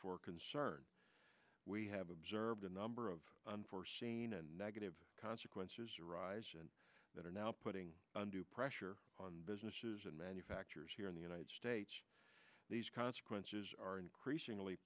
for concern we have observed a number of unforeseen and negative consequences arise that are now putting undue pressure on businesses and manufacturers here in the united states these consequences are increasingly